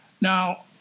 Now